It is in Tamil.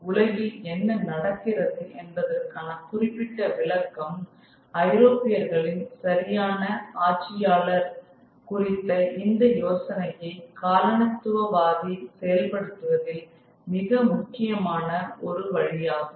உலகில் என்ன நடக்கிறது என்பதற்கான குறிப்பிட்ட விளக்கம் ஐரோப்பியர்களின் சரியான ஆட்சியாளர் குறித்த இந்த யோசனையை காலனித்துவவாதி செயல்படுத்துவதில் மிக முக்கியமான ஒரு வழியாகும்